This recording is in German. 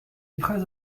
preise